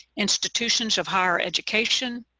institutions of higher education,